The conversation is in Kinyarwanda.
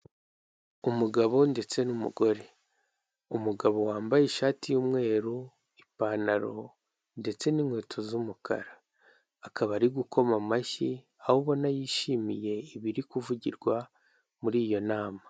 Umugabo ndetse n'umugore, umugabo yambaye ishayi y'umweru, ipantaro ndetse n'inkweto z'umukara, akaba ari gukoma amashyi aho ubona yishimiye ibiri kuvugirwa muri iyo nama.